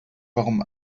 warum